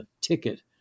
ticket